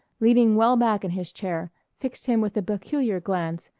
leaning well back in his chair, fixed him with a peculiar glance,